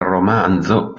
romanzo